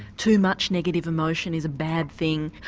too much negative emotion is a bad thing.